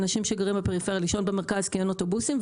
כי אין אוטובוסים,